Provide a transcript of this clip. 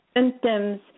Symptoms